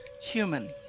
human